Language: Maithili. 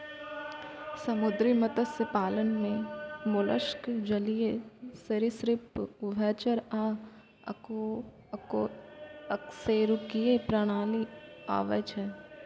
समुद्री मत्स्य पालन मे मोलस्क, जलीय सरिसृप, उभयचर आ अकशेरुकीय प्राणी आबै छै